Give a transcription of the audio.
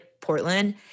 Portland